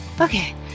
Okay